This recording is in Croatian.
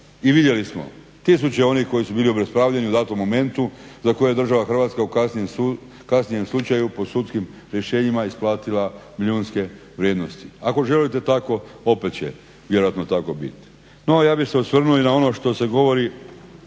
i vidjeli smo tisuće onih koji su bili obespravljeni u datom momentu za koje je država Hrvatska u kasnije slučaju po sudskim rješenjima isplatila milijunske vrijednosti. Ako želite tako opet će vjerojatno tako biti. No ja bih se osvrnuo i na ono što se govori